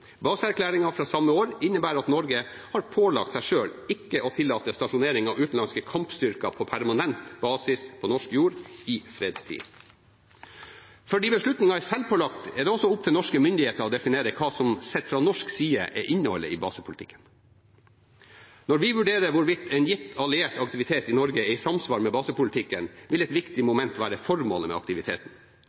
Baseerklæringen fra samme år innebærer at Norge har pålagt seg selv ikke å tillate stasjonering av utenlandske kampstyrker på permanent basis på norsk jord i fredstid. Fordi beslutningen er selvpålagt, er det opp til norske myndigheter å definere hva som sett fra norsk side er innholdet i basepolitikken. Når vi vurderer hvorvidt en gitt alliert aktivitet i Norge er i samsvar med basepolitikken, vil et viktig moment være formålet med aktiviteten.